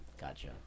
Gotcha